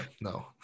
no